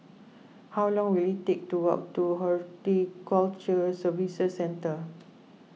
how long will it take to walk to Horticulture Services Centre